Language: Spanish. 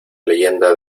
leyenda